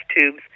tubes